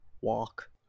walk